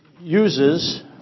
uses